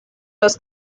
los